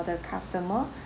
the customer